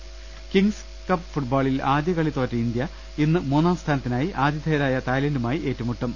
ദർവ്വെടു kings cup ഫുട്ബോളിൽ ആദ്യ കളി തോറ്റ ഇന്ത്യ ഇന്ന് മൂന്നാം സ്ഥാനത്തിനായി ആതിഥേയരായ തായ്ലന്റുമായി ഏറ്റുമുട്ടും